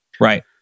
Right